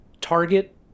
target